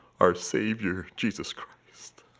our savior, jesus christ